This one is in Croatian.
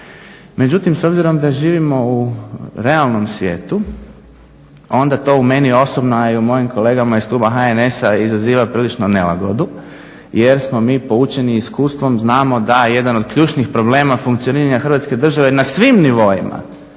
Međutim, s obzirom da živimo u realnom svijetu onda to u meni osobnu, a i u mojim kolegama iz kluba HNS-a izaziva prilično nelagodu jer smo mi poučeni iskustvom, znamo da jedan od ključnih problema funkcioniranja Hrvatske države na svim nivoima